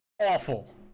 awful